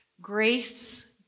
grace